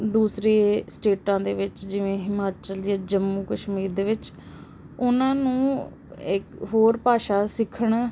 ਦੂਸਰੇ ਸਟੇਟਾਂ ਦੇ ਵਿੱਚ ਜਿਵੇਂ ਹਿਮਾਚਲ ਜਾਂ ਜੰਮੂ ਕਸ਼ਮੀਰ ਦੇ ਵਿੱਚ ਉਹਨਾਂ ਨੂੰ ਇੱਕ ਹੋਰ ਭਾਸ਼ਾ ਸਿੱਖਣ